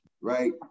Right